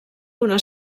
d’una